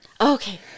okay